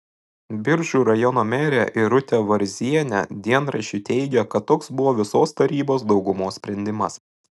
biržų rajono merė irutė varzienė dienraščiui teigė kad toks buvo visos tarybos daugumos sprendimas